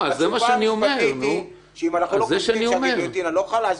התשובה המשפטית היא שאם אנחנו לא כותבים שהגיליוטינה לא חלה,